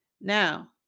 Now